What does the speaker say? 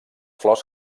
flors